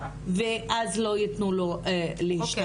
ואז לא יתנו לו להשתחרר.